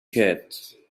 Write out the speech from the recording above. cat